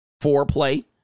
Foreplay